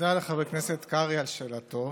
תודה לחבר הכנסת קרעי על שאלתו.